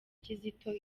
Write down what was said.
kizito